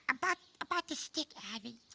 um but about the stick, abby.